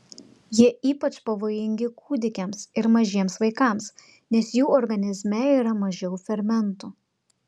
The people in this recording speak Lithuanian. jie ypač pavojingi kūdikiams ir mažiems vaikams nes jų organizme yra mažiau fermentų